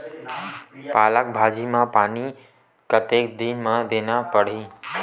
पालक भाजी म पानी कतेक दिन म देला पढ़ही?